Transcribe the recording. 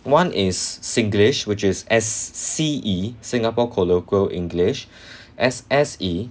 one is singlish which is S_C_E singapore colloquial english S_S_E